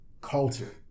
Culture